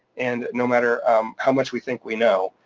and no matter how much we think we know,